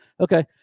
Okay